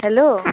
hello